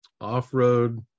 off-road